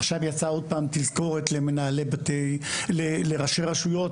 עכשיו יצאה עוד פעם תזכורת לראשי רשויות,